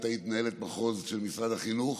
את היית מנהלת מחוז במשרד החינוך